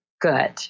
good